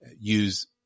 use